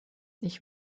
ich